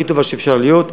הכי טובה שיכולה להיות.